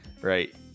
right